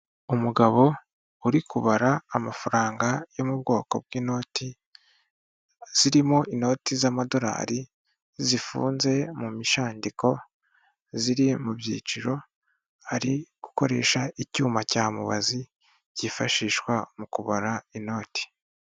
Umugabo uri kubara amafaranga yo mu bwoko bw'inoti, zirimo inoti z'amadolari zifunze mu mishandiko ziri mu byiciro, ari gukoresha icyuma cya mubazi cyifashishwa mu kubara inoti.